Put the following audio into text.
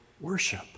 worship